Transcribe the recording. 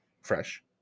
fresh